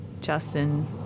Justin